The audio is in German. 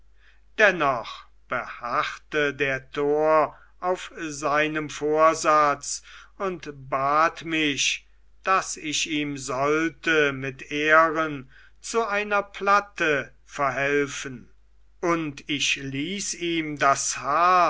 dennoch beharrte der tor auf seinem vorsatz und bat mich daß ich ihm sollte mit ehren zu einer platte verhelfen und ich ließ ihm das haar